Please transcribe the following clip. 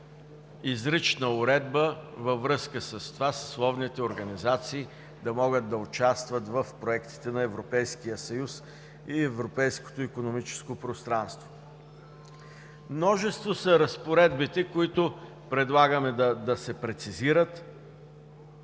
изрична уредба, във връзка с това съсловните организации да могат да участват в проектите на Европейския съюз и Европейското икономическо пространство. Множество са разпоредбите, които предлагаме да се прецизират,